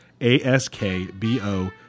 A-S-K-B-O